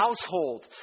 household